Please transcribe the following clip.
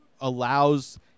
allows